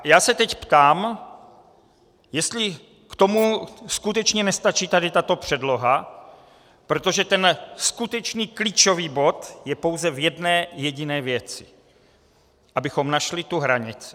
Já se teď ptám, jestli k tomu skutečně nestačí tato předloha, protože ten skutečný klíčový bod je pouze v jedné jediné věci: abychom našli tu hranici.